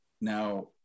now